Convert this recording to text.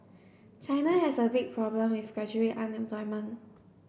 China has a big problem with graduate unemployment